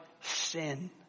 sin